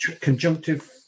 conjunctive